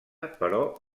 però